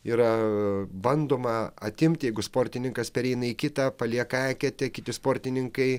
yra bandoma atimti jeigu sportininkas pereina į kitą palieka eketę kiti sportininkai